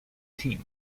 team